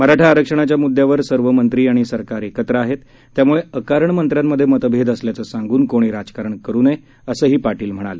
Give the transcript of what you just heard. मराठा आरक्षणाच्या मुदद्यावर सर्व मंत्री आणि सरकार एकत्र आहेत त्यामुळे अकारण मंत्र्यांमध्ये मतभेद असल्याचं सांगून कोणी राजकारण करू नये असंही पाटील म्हणाले